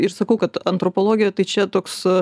ir sakau kad antropologija tai čia toks